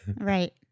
Right